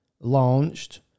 launched